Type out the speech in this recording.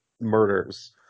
murders